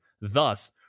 Thus